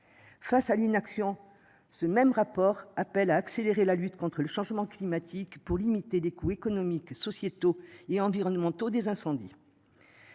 Face à l'inaction. Ce même rapport appelle à accélérer la lutte. Contre le changement climatique pour limiter des coûts économiques sociétaux et environnementaux des incendies.